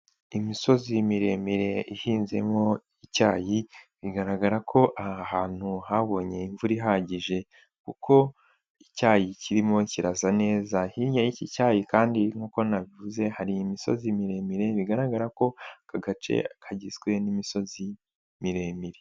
Imisozi miremire ihinzemo icyayi, bigaragara ko aha hantu habonye imvura ihagije, kuko icyayi kirimo kirasa neza, hirya y'iki cyayi kandi nk'uko nabivuze, hari imisozi miremire bigaragara ko, aka gace kagizwe n'imisozi miremire.